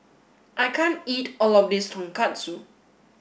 I can't eat all of this Tonkatsu